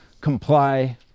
comply